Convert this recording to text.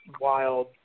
wild